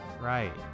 right